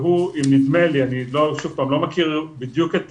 אני לא מכיר בדיוק את